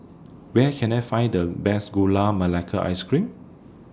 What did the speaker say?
Where Can I Find The Best Gula Melaka Ice Cream